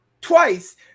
twice